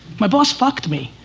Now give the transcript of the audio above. my boss fucked me,